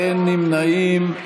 אין נמנעים.